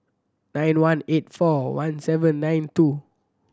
nine one eight four one seven nine two